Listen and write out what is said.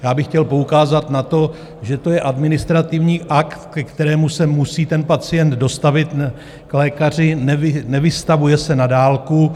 Já bych chtěl poukázat na to, že to je administrativní akt, ke kterému se musí ten pacient dostavit k lékaři, nevystavuje se na dálku.